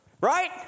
Right